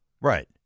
Right